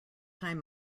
time